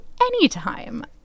anytime